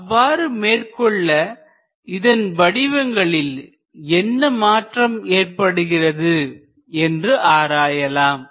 அவ்வாறு மேற்கொள்ள இதன் வடிவங்களில் என்ன மாற்றம் ஏற்படுகிறது என்று ஆராயலாம்